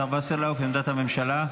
השר וסרלאוף, עמדת הממשלה.